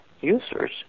Users